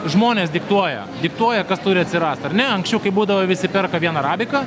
žmonės diktuoja diktuoja kas turi atsirast ar ne anksčiau kai būdavo visi perka vien arabiką